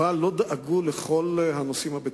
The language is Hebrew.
אבל לא דאגו לכל הנושאים הבטיחותיים.